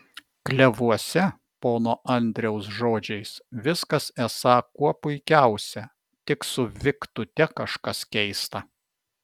klevuose pono andriaus žodžiais viskas esą kuo puikiausia tik su viktute kažkas keista